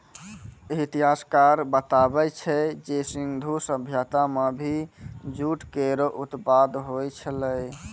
इतिहासकार बताबै छै जे सिंधु सभ्यता म भी जूट केरो उत्पादन होय छलै